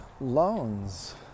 loans